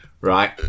Right